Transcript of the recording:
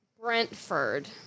Brentford